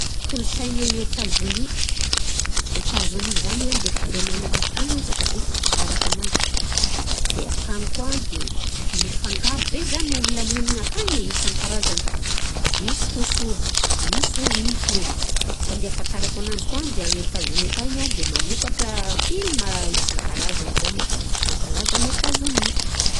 Kolosaigna agny Etazonia, Etazonia zany a de firenena matanjaka be fahafantarako anazy. De akagny koà de i- mifangaro be zany olona monigna akagny e, isan-karazany: misy fosy hoditra, misy olona mintiny hoditra fa de afantarako ananjy koà de akagny Etazonia akagny a de mamokatra film isan-karazagny zany e, mampalaza an'ny Etazonia.